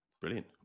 Brilliant